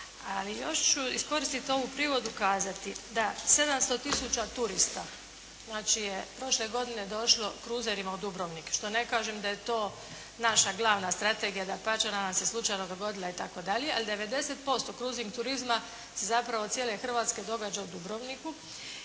Ali još ću iskoristiti ovu prigodu i kazati da 700 tisuća turista znači je prošle godine došlo cruserima u Dubrovnik što ne kažem da je to naša glavna strategija, dapače da nam se slučajno dogodila itd. Ali 90% crusing turizma zapravo cijele Hrvatske se događa u Dubrovniku.